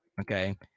Okay